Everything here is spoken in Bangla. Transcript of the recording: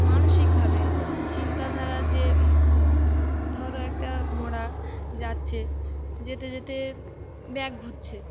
মানসিকভাবে চিন্তাধারা যে ধরো একটা ঘোড়া যাচ্ছে যেতে যেতে ব্যাক ঘুরছে